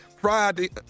Friday